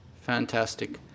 Fantastic